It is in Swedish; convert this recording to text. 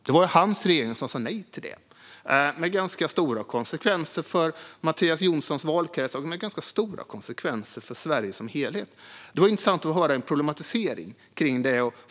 Det var hans regering som sa nej till det, med ganska stora konsekvenser för hans valkrets och för Sverige som helhet. Det vore intressant att höra en problematisering av det.